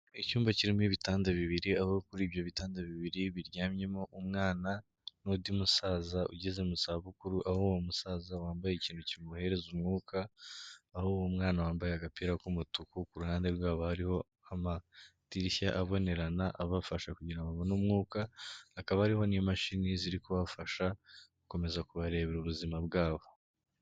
Icyumba kirimo ibitanda bibiri, aho kuri ibyo bitanda bibiri biryamyemo umwana n'undi musaza ugeze mu zabukuru, aho musaza wambaye ikintu kimuhereza umwuka aho uwo mwana wambaye agapira k'umutuku kuruhande rwabo hariho amadirishya abonerana abafasha kugira babone umwuka akaba ariho n'imashini ziri kubafasha gukomeza kubarebera ubuzima bwabo.